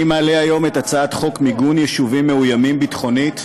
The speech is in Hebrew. אני מעלה היום את הצעת חוק מיגון יישובים מאוימים ביטחונית,